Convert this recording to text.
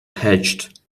hatched